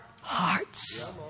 hearts